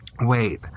wait